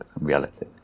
reality